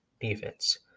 defense